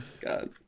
god